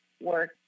work